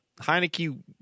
Heineke